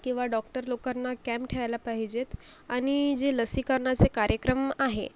किंवा डॉक्टर लोकांना कॅम्प ठेवायला पाहिजेत आणि जे लसीकरणाचे कार्यक्रम आहे